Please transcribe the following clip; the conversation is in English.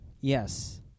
Yes